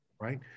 right